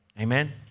Amen